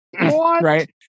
right